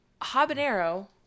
habanero